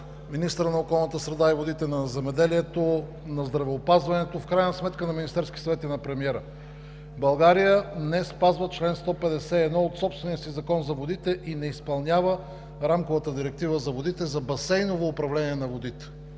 министъра на земеделието, храните и горите, на здравеопазването, в крайна сметка на Министерския съвет и на премиера: България не спазва чл. 151 от собствения си Закон за водите и не изпълнява Рамковата директива за водите, за басейново управление на водите.